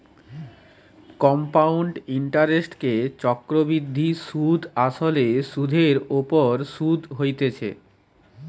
compound ইন্টারেস্টকে চক্রবৃদ্ধি সুধ আসলে সুধের ওপর শুধ হতিছে